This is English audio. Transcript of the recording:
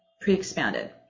pre-expanded